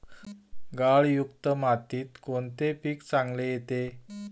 गाळयुक्त मातीत कोणते पीक चांगले येते?